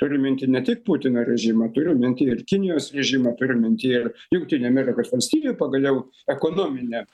turiu minty ne tik putino režimą turiu minty ir kinijos režimą turiu minty ir jungtinių amerikos valstijų pagaliau ekonominę